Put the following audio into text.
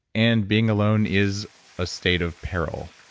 and being alone is a state of peril.